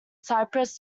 cyprus